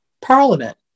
parliament